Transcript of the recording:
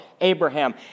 Abraham